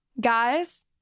guys